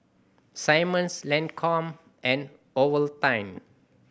Simmons Lancome and Ovaltine